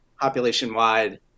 population-wide